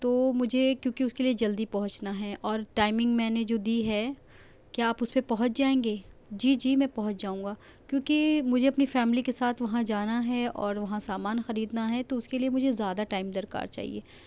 تو مجھے کیوںکہ اس کے لیے جلدی پہنچنا ہے اور ٹائمنگ میں نے جو دی ہے کیا آپ اس پہ پہنچ جائیں گے جی جی میں پہنچ جاؤں گا کیوںکہ مجھے اپنی فیملی کے ساتھ وہاں جانا ہے اور وہاں سامان خریدنا ہے تو اس کے لیے مجھے زیادہ ٹائم درکار چاہیے